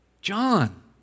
John